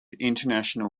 international